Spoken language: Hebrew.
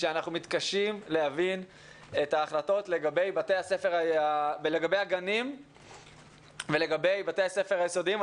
שאנחנו מתקשים להבין את ההחלטות לגבי הגנים ובתי הספר היסודיים,